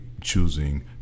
choosing